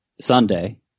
Sunday